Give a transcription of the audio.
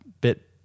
bit